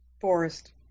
Forest